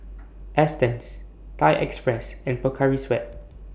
Astons Thai Express and Pocari Sweat